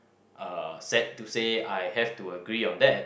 uh sad to say I have to agree on that